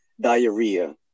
diarrhea